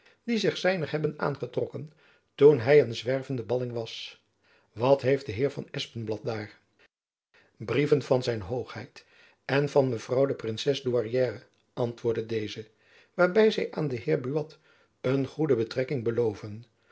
die zich zijner hebben aangetrokken toen hy een zwervende balling was wat heeft de heer van espenblad daar brieven van zijn hoogheid en van mevrouw de princes douairière antwoordde deze waarby zy aan den heer buat een goede betrekking beloven